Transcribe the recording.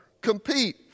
Compete